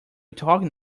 talking